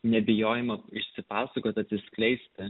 nebijojimą išsipasakot atsiskleisti